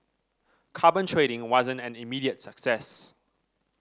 carbon trading wasn't an immediate success